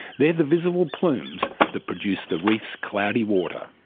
they're the visible plumes that produce the reef's cloudy water.